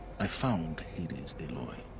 i found hades, aloy.